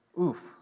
oof